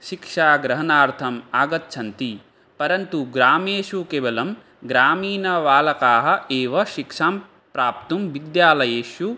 शिक्षाग्रहणार्थम् आगच्छन्ति परन्तु ग्रामेषु केवलं ग्रामीणबालकाः एव शिक्षां प्राप्तुं विद्यालयेषु